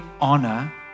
honor